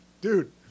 dude